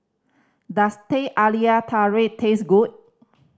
does Teh Halia Tarik taste good